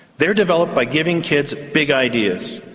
they're developed by giving kids big ideas,